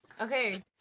Okay